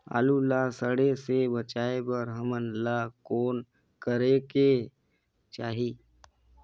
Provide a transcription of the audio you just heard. आलू ला सड़े से बचाये बर हमन ला कौन करेके चाही?